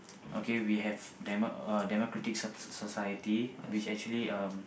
okay we have demo~ uh democratic so~ society which actually um